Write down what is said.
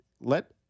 let